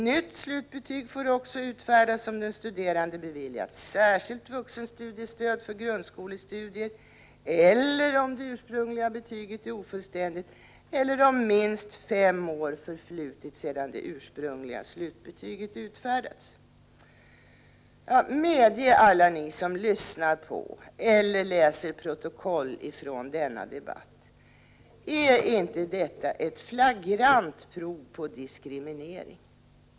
Nytt slutbetyg får också utfärdas om den studerande beviljats särskilt vuxenstudiestöd för grundskolestudier eller om det ursprungliga betyget är ofullständigt eller om minst fem år förflutit sedan det ursprungliga slutbetyget utfärdats.” Medge, alla ni som lyssnar på eller läser protokollet från denna debatt, att detta är ett flagrant prov på diskriminering!